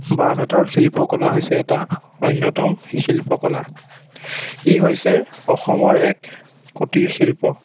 বাঁহ বেতৰ শিল্পকলা হৈছে এটা অন্যতম শিল্পকলা ই হৈছে অসমৰ এক কুটিৰ শিল্প